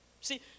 see